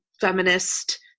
feminist